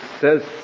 says